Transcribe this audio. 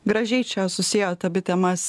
gražiai čia susiejot abi temas